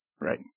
Right